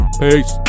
Peace